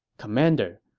commander,